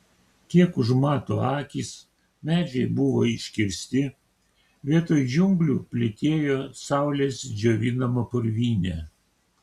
kiek užmato akys medžiai buvo iškirsti vietoj džiunglių plytėjo saulės džiovinama purvynė